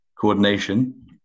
coordination